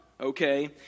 Okay